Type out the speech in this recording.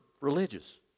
religious